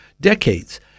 decades—